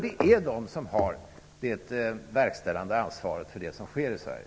Det är ändå regeringen som har det verkställande ansvaret för det som sker i Sverige.